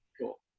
cool